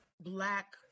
black